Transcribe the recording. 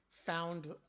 found